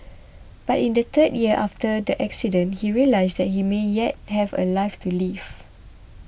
but in the third year after the accident he realised that he may yet have a life to live